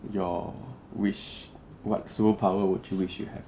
your wish what superpower would you wish you have